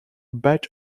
bad